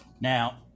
Now